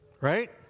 right